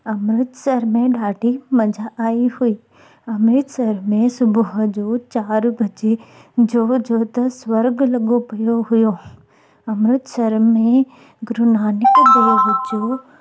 अमृतसर में ॾाढी मज़ा आई हुई अमृतसर में सुबुह जो चार बजे जो जो त स्वर्ग लॻो पियो हुओ अमृतसर में गुरुनानक देव जो